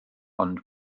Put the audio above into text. ond